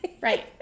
Right